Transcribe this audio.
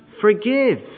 forgive